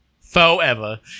Forever